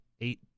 eight